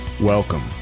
Welcome